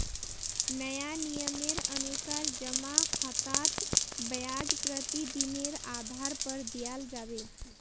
नया नियमेर अनुसार जमा खातात ब्याज प्रतिदिनेर आधार पर दियाल जाबे